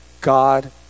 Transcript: God